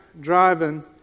driving